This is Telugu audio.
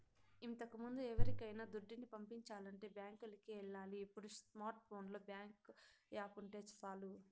ఇంతకముందు ఎవరికైనా దుడ్డుని పంపించాలంటే బ్యాంకులికి ఎల్లాలి ఇప్పుడు స్మార్ట్ ఫోనులో బ్యేంకు యాపుంటే సాలు